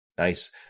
Nice